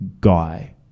guy